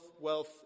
wealth